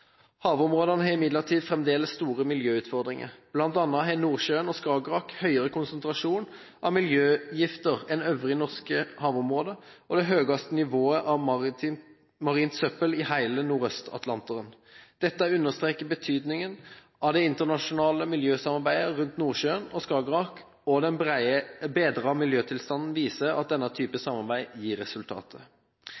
Havområdene har imidlertid fremdeles store miljøutfordringer. Blant annet har Nordsjøen og Skagerrak høyere konsentrasjon av miljøgifter enn øvrige norske havområder og det høyeste nivået av marint søppel i hele Nordøst-Atlanteren. Dette understreker betydningen av det internasjonale miljøsamarbeidet rundt Nordsjøen og Skagerrak, og den bedrede miljøtilstanden viser at denne type